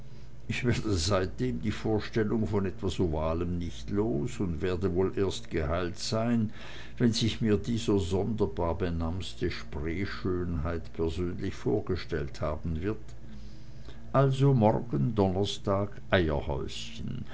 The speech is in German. ich werde seitdem die vorstellung von etwas ovalem nicht los und werde wohl erst geheilt sein wenn sich mir die so sonderbar benamste spreeschönheit persönlich vorgestellt haben wird also morgen donnerstag eierhäuschen